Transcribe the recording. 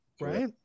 right